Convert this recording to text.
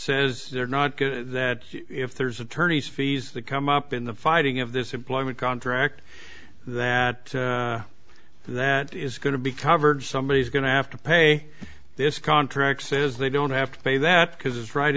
says they're not going to that if there's attorneys fees that come up in the fighting of this employment contract that that is going to be covered somebody is going to have to pay this contract says they don't have to pay that because it's right